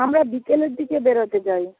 আমরা বিকেলের দিকে বেরোতে চাই